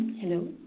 Hello